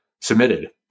submitted